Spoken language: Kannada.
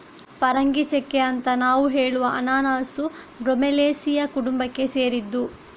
ಪರಂಗಿಚೆಕ್ಕೆ ಅಂತ ನಾವು ಹೇಳುವ ಅನನಾಸು ಬ್ರೋಮೆಲಿಯೇಸಿಯ ಕುಟುಂಬಕ್ಕೆ ಸೇರಿದ್ದು